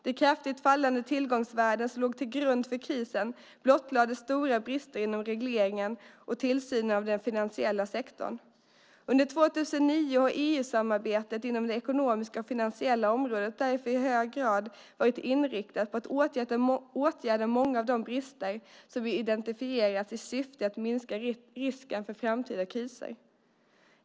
De kraftigt fallande tillgångsvärden som låg till grund för krisen blottlade stora brister inom regleringen och tillsynen av den finansiella sektorn. Under 2009 har EU-samarbetet inom det ekonomiska och finansiella området därför i hög grad varit inriktat på att åtgärda många av de brister som identifierats i syfte att minska risken för framtida kriser.